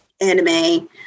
anime